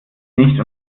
nicht